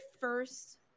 first